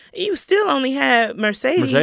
you still only had mercedes. yeah